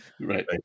right